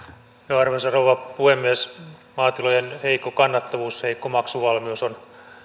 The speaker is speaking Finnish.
arvoisa rouva puhemies maatilojen heikko kannattavuus heikko maksuvalmius on